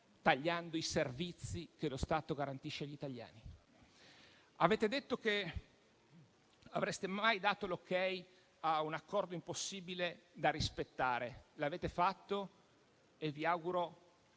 tagliando i servizi che lo Stato garantisce agli italiani. Avete detto che non avreste mai dato l'ok a un accordo impossibile da rispettare. L'avete fatto e vi faccio